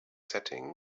setting